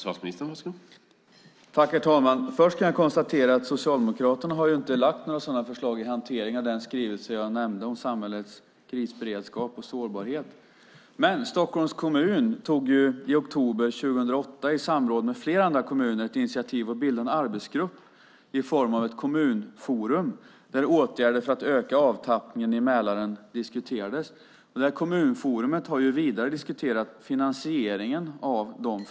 Herr talman! Först kan jag konstatera att Socialdemokraterna inte har lagt fram några sådana förslag med anledning av den skrivelse jag nämnde, om samhällets krisberedskap och sårbarhet. Stockholms kommun tog i oktober 2008 i samråd med flera andra kommuner ett initiativ till att bilda en arbetsgrupp i form av ett kommunforum, där åtgärder för att öka avtappningen i Mälaren diskuterades. Kommunforumet har vidare diskuterat finansieringen av detta.